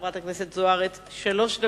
חברת הכנסת אורית זוארץ, שלוש דקות.